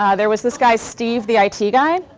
ah there was this guy steve, the i t. guy.